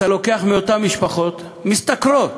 אתה לוקח מאותן משפחות משתכרות,